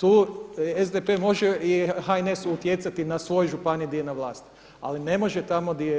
Tu SDP može i HNS utjecati na svoju županiju gdje je na vlasti, ali ne može tamo gdje